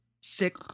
sick